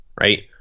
right